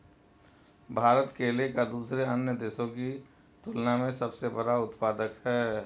भारत केले का दूसरे अन्य देशों की तुलना में सबसे बड़ा उत्पादक है